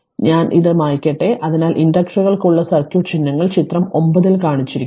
അതിനാൽ ഞാൻ ഇത് മായ്ക്കട്ടെ അതിനാൽ ഇൻഡക്റ്ററുകൾക്കുള്ള സർക്യൂട്ട് ചിഹ്നങ്ങൾ ചിത്രം 9 ൽ കാണിച്ചിരിക്കുന്നു